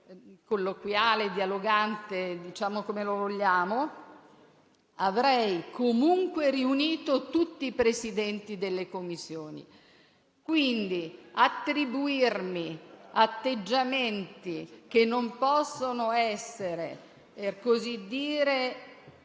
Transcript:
colloquiale e dialogante - diciamolo come vogliamo - avrei comunque riunito tutti i Presidenti delle Commissioni. Pertanto, il fatto di attribuirmi atteggiamenti che non possono essere - per così dire